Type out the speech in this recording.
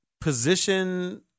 position